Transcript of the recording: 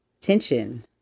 tension